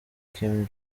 kim